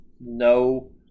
no